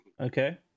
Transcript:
Okay